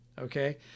Okay